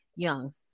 young